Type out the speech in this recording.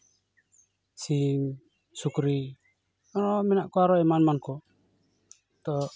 ᱥᱤᱢ ᱥᱩᱠᱨᱤ ᱟᱨ ᱢᱮᱱᱟᱜ ᱠᱚᱣᱟ ᱟᱨᱦᱚᱸ ᱮᱢᱟᱱ ᱮᱢᱟᱱ ᱠᱚ ᱛᱚ